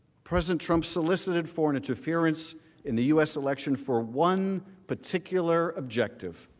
president trump solicited foreign interference in the u s. election for one particular objective.